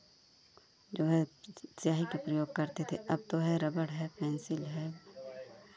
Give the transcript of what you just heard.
जो है स्याही के प्रयोग करते थे अब तो है रबड़ है पेंसिल है